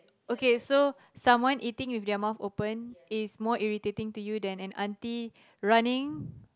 okay so someone eating with their mouth open is more irritating than an auntie running